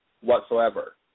whatsoever